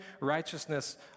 righteousness